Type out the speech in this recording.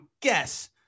guess